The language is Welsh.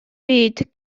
byd